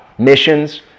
Missions